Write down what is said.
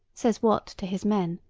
says wat to his men,